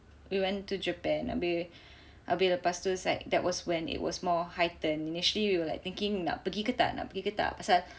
we went to Japan habis habis lepas tu was like that was when it was more heightened initially we were like thinking nak pergi ke tak nak pergi ke tak pasal